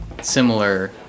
similar